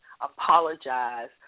apologize